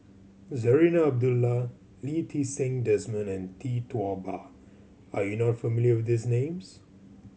Zarinah Abdullah Lee Ti Seng Desmond and Tee Tua Ba are you not familiar with these names